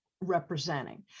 representing